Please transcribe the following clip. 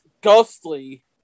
Ghostly